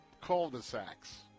cul-de-sacs